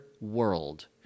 world